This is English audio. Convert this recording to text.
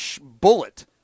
bullet